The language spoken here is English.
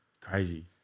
Crazy